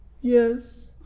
yes